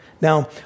Now